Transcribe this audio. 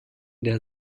der